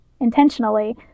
intentionally